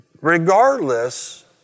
Regardless